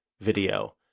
video